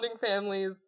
families